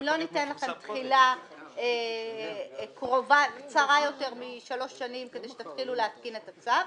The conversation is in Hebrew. אם לא ניתן לכם תחילה קצרה יותר משלוש שנים כדי שתתחילו להתקין את הצו,